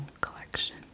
collection